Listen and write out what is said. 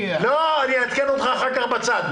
לא, אני אעדכן אותך אחר כך בצד.